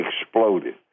exploded